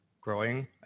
growing